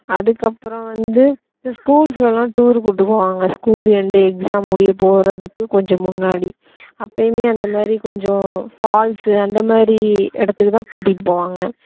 அதுக்கப்புறம் வந்து இது ஸ்கூல்ஸ்லெலாம் டூருக்கு கூப்பிட்டு போவாங்க ஸ்கூல் எண்டு எக்ஸாம் முடியப் போகிறதுக்கு கொஞ்சம் முன்னாடி அப்போயுமே அந்த மாதிரி கொஞ்சம் ஃபால்ஸு அந்த மாதிரி இடத்துக்கு தான் கூட்டிகிட்டு போவாங்க